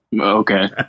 Okay